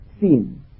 seen